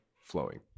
flowing